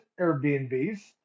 Airbnbs